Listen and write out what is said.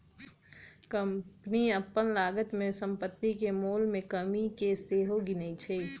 company अप्पन लागत में सम्पति के मोल में कमि के सेहो गिनै छइ